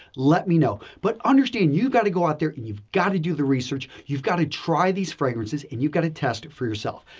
let me know. but, understand you got to go out there and you've got to do the research, you've got to try these fragrances and you've got to test it for yourself.